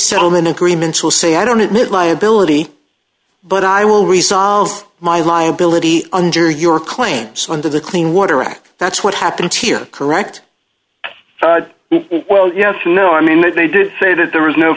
settlement agreements will say i don't admit liability but i will resolve my liability under your claims under the clean water act that's what happened here correct well yes no i mean they did say that there was no